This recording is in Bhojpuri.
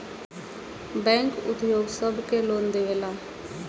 बैंक उद्योग सब के लोन देवेला